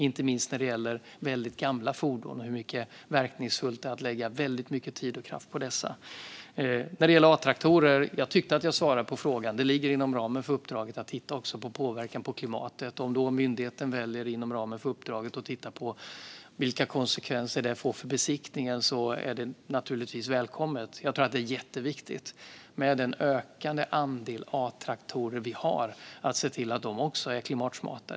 Inte minst när det handlar om väldigt gamla fordon måste man se till hur verkningsfullt det är att lägga väldigt mycket tid och kraft på dessa. Jag tyckte att jag svarade på frågan om A-traktorer. Det ligger inom ramen för uppdraget att även titta på påverkan på klimatet. Om myndigheten väljer att inom ramen för uppdraget titta på vilka konsekvenser detta får för besiktningen är det naturligtvis välkommet. Med den ökande andel A-traktorer vi har tror jag att det är jätteviktigt att se till att även dessa är klimatsmarta.